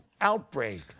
outbreak